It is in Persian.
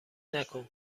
نکن